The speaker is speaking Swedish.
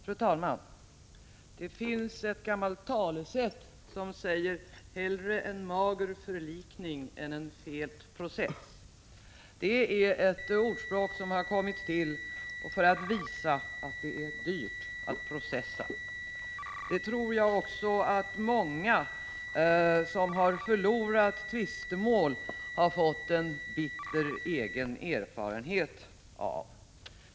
Fru talman! Det finns ett gammalt talesätt som säger: Hellre en mager förlikning än en fet process. Det är ett ordspråk som har kommit till för att visa att det är dyrt att processa. Detta tror jag också att många som har förlorat tvistemål har fått en bitter egen erfarenhet av.